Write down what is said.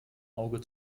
auge